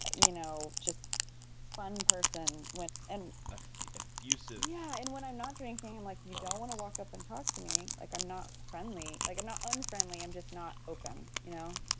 you know, just fun person when and ah effusive. yeah. and when i'm not drinking i'm like, you don't want to walk up and talk to me. like i'm not friendly. like i'm not unfriendly, i'm just not open, you know.